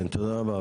כן, תודה רבה.